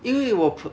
因为我 p~